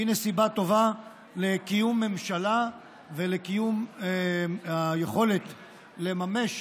הינה סיבה טובה לקיום ממשלה ולקיום היכולת לממש